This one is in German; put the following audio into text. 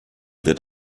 wird